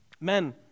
Men